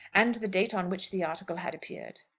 and the date on which the article had appeared.